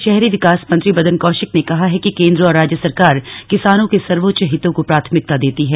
के भाहरी विकास मंत्री मदन कौशिक ने कहा है कि केन्द्र और राज्य सरकार किसानों के सर्वोच्च हितों को प्राथमिकता देती है